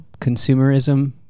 consumerism